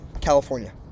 California